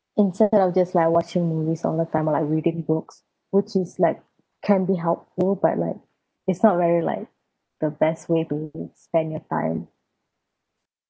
instead of just like watching movies all the time or like reading books which is like can be helpful but like it's not very like the best way to spend your time